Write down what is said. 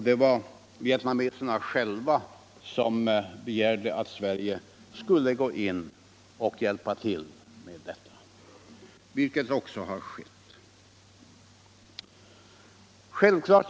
Det var vietnameserna själva som begärde att Sverige skulle gå in och hjälpa till med detta, vilket också har skett.